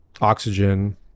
oxygen